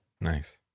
Nice